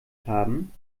haben